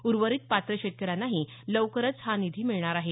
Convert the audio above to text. उर्वरित पात्र शेतकऱ्यांनाही लवकरच हा निधी मिळणार आहे